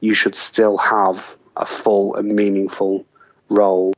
you should still have a full and meaningful role